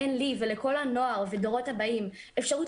אין לי ולא לכל הנוער והדורות הבאים אפשרות